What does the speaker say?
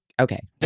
Okay